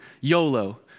YOLO